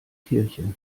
kirche